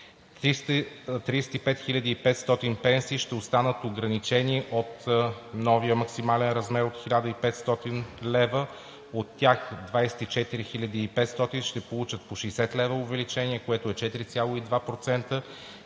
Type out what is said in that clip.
500 пенсии ще останат ограничени от новия максимален размер от 1500 лв. От тях 24 500 ще получат по 60 лв. увеличение, което е 4,2%,